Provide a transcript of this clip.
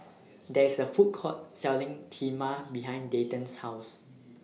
There IS A Food Court Selling Kheema behind Dayton's House